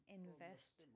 invest